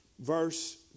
verse